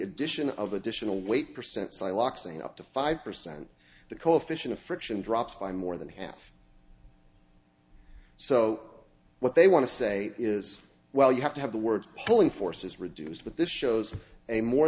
addition of additional weight percent psylocke say up to five percent the coefficient of friction drops by more than half so what they want to say is well you have to have the words pulling forces reduced but this shows a more